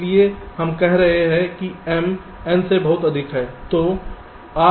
इसलिए हम कह रहे हैं कि m n से बहुत अधिक है